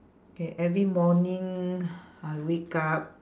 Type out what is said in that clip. K every morning I wake up